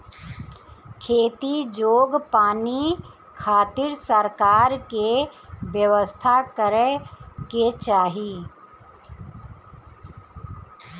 खेती जोग पानी खातिर सरकार के व्यवस्था करे के चाही